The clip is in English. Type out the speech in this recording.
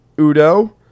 Udo